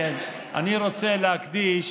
אני רוצה להקדיש